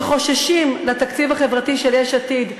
שחוששים לתקציב החברתי של יש עתיד,